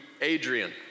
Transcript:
Adrian